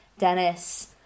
Dennis